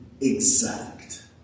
exact